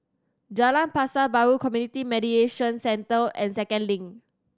Jalan Pasar Baru Community Mediation Centre and Second Link